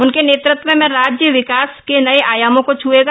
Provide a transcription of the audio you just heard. उनके नेतृत्व में राज्य विकास के नये आयामों को छुएगा